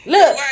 Look